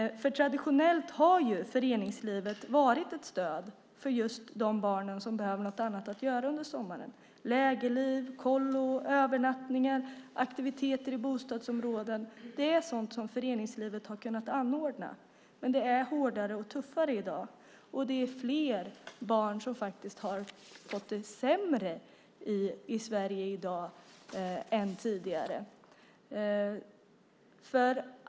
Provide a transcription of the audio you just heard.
Traditionellt har föreningslivet varit ett stöd för de barn som behöver något annat att göra under sommaren. Lägerliv, kollo, övernattningar, aktiviteter i bostadsområdena är sådant som föreningslivet kunnat anordna, men i dag är det hårdare och tuffare. Det är faktiskt fler barn som har det sämre i dag än tidigare.